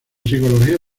psicología